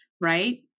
right